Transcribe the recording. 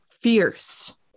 fierce